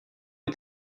est